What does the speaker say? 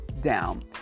down